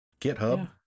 GitHub